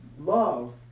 love